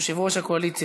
יושב-ראש הקואליציה.